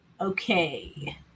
Okay